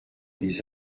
des